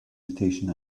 rotation